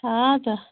کھادہ